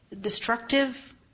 destructive